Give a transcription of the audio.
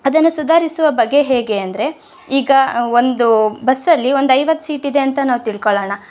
ಅದನ್ನು ಸುಧಾರಿಸುವ ಬಗೆ ಹೇಗೆ ಅಂದರೆ ಈಗ ಒಂದು ಬಸ್ಸಲ್ಲಿ ಒಂದು ಐವತ್ತು ಸೀಟಿದೆ ಅಂತ ನಾವು ತಿಳ್ಕೊಳ್ಳೋಣ